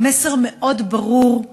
מסר מאוד ברור,